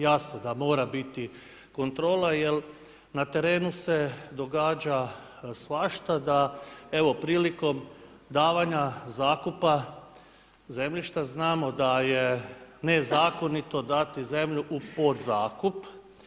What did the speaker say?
Jasno da mora biti kontrola, jer na terenu se događa svašta, da evo, prilikom davanja zakupa zemljišta, znamo da je nezakonito, dati zemlju u podzakup.